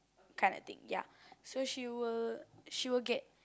kind of thing ya so she will she will get kind of thing